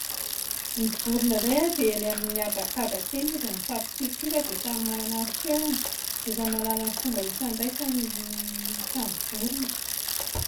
Ny vorona indray dia eny amin'ny habakabaka eny no mifampisiotsioka dia samy manana ny feony, dia efa mahalala ny fomba hifandraisany ny samy vorona.